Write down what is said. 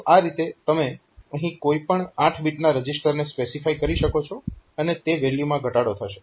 તો આ રીતે તમે અહીં કોઈ પણ 8 બીટના રજીસ્ટરને સ્પેસિફાય કરી શકો છો અને તે વેલ્યુમાં ઘટાડો થશે